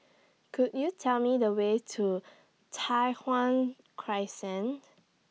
Could YOU Tell Me The Way to Tai Hwan Crescent